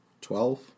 Twelve